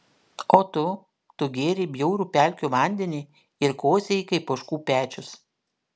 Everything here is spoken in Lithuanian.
o tu tu gėrei bjaurų pelkių vandenį ir kosėjai kaip ožkų pečius